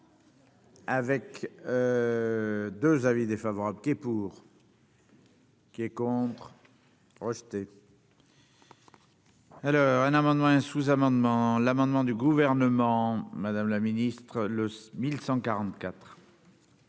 Avec 2 avis défavorable est pour. Qui est contre, rester. Le. à un amendement un sous-amendement l'amendement du gouvernement, Madame la Ministre, le 1100